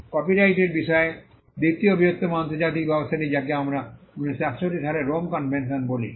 কপিরাইটের বিষয়ে দ্বিতীয় বৃহত্তম আন্তর্জাতিক ব্যবস্থাটি যাকে আমরা 1961 সালের রোম কনভেনশন বলি